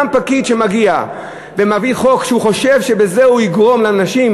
גם פקיד שמגיע ומביא חוק שהוא חושב שבזה הוא יגרום לאנשים,